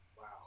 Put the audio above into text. Wow